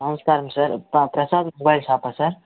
నమస్కారం సార్ ప్ర ప్రసాద్ మొబైల్ షాపా సార్